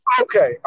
Okay